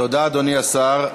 תודה, אדוני השר.